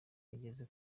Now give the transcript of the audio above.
igeze